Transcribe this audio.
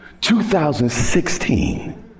2016